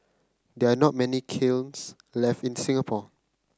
there are not many kilns left in Singapore